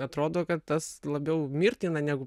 atrodo kad tas labiau mirtina negu